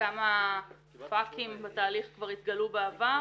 כמה 'פאקים' בתהליך כבר התגלו בעבר,